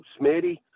Smitty